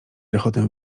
rechotem